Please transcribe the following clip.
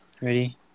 ready